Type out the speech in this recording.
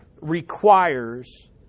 requires